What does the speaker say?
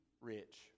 rich